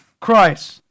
Christ